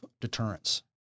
deterrence